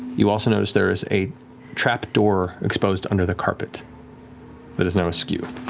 you also notice there is a trapdoor exposed under the carpet that is now askew.